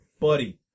Buddy